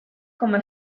como